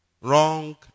wrong